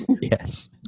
Yes